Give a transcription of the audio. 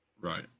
Right